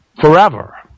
forever